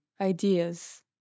Ideas